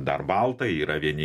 dar baltai yra vieni